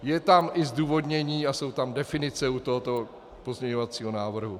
Je tam i zdůvodnění a jsou tam definice u tohoto pozměňovacího návrhu.